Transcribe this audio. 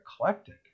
eclectic